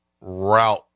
route